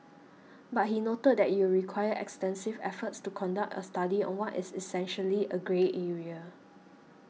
but he noted that it require extensive efforts to conduct a study on what is essentially a grey area